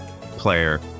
player